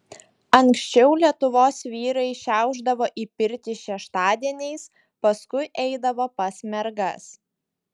anksčiau lietuvos vyrai šiaušdavo į pirtį šeštadieniais paskui eidavo pas mergas